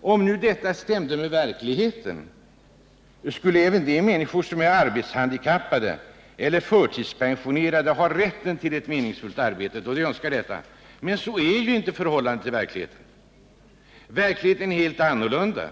Om detta stämde med verkligheten, skulle även de människor som är arbetshandikappade eller förtidspensionerade ha rätten till ett meningsfullt arbete då de önskar detta. Men så är inte förhållandet i verkligheten. Verkligheten är helt annorlunda.